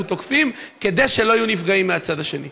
תוקפים כדי שלא יהיו נפגעים מהצד השני?